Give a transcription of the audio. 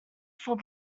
from